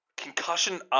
Concussion